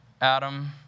Adam